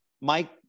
Mike